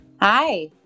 Hi